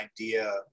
idea